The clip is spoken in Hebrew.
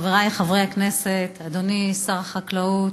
צהריים טובים, חברי חברי הכנסת, אדוני שר החקלאות,